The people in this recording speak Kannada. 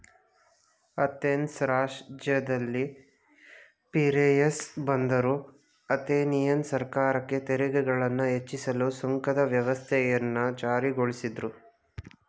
ಅಥೆನ್ಸ್ ರಾಜ್ಯದಲ್ಲಿ ಪಿರೇಯಸ್ ಬಂದರು ಅಥೆನಿಯನ್ ಸರ್ಕಾರಕ್ಕೆ ತೆರಿಗೆಗಳನ್ನ ಹೆಚ್ಚಿಸಲು ಸುಂಕದ ವ್ಯವಸ್ಥೆಯನ್ನ ಜಾರಿಗೊಳಿಸಿದ್ರು